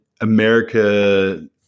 America